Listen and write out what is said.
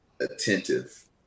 attentive